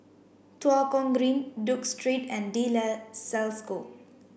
Tua Kong Green Duke Street and De La Salle School